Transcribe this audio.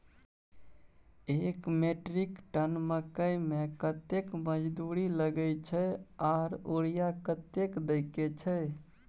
एक metric ton मकई में कतेक मजदूरी लगे छै आर यूरिया कतेक देके छै?